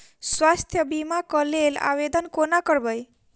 स्वास्थ्य बीमा कऽ लेल आवेदन कोना करबै?